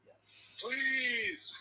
Please